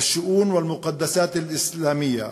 א-שאון ואל-מוקדסאת אל-אסלאמייה,